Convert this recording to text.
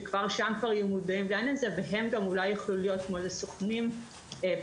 שכבר שם יהיו מודעים והם גם אולי יוכלו להיות כמו סוכנים בשטח,